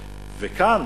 וכאן,